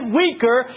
weaker